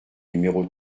numéro